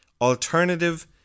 alternative